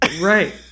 Right